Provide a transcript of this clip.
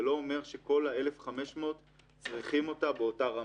זה לא אומר שכל ה-1,500 צריכים אותה באותה רמה.